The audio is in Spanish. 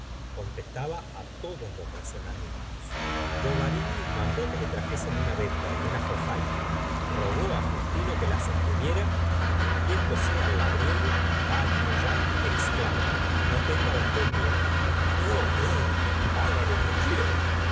contestaba á todos los razonamientos bovary mandó que le trajesen una venda y una jofaina rogó á justillo que la sostuviera y dirigiéndose al labriego pálido ya exclamó no tenga usted miedo gustavo flaubert in no haga lo que quiera